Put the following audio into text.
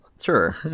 Sure